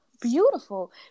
beautiful